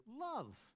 love